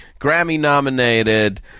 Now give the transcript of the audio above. Grammy-nominated